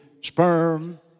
sperm